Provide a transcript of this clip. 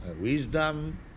wisdom